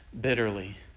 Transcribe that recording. bitterly